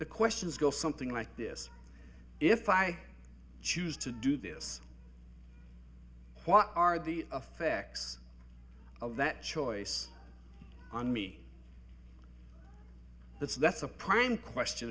the questions go something like this if i choose to do this what are the effects of that choice on me that's that's a prime question